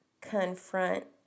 confront